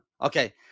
Okay